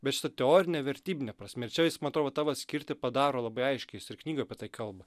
bet šita teorine vertybine prasme ir čia jis matau va tą vat skirtį padaro labai aiškią jis ir knygoj apie tai kalba